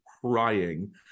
crying